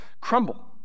crumble